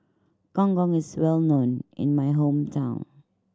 Gong Gong is well known in my hometown